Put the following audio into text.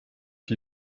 die